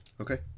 Okay